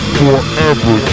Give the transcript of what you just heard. forever